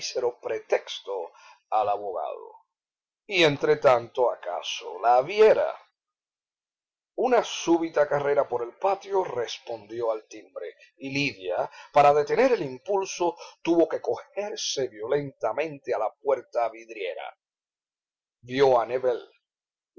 mísero pretexto al abogado y entretanto acaso la viera una súbita carrera por el patio respondió al timbre y lidia para detener el impulso tuvo que cogerse violentamente a la puerta vidriera vió a nébel